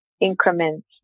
increments